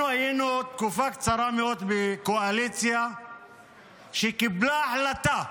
אנחנו היינו תקופה קצרה מאוד בקואליציה שקיבלה החלטה,